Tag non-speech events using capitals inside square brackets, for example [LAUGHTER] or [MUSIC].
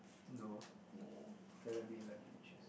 no [BREATH] K let me let me just